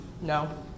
No